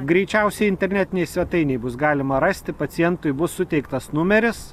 greičiausiai internetinėj svetainėj bus galima rasti pacientui bus suteiktas numeris